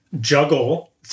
juggle